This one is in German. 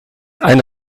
ein